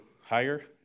higher